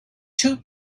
two